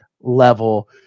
level